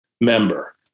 member